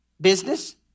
Business